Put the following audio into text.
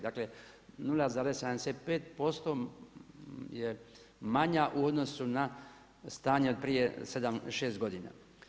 Dakle, 0,75% je manja u odnosu na stanje prije 6 godina.